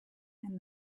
and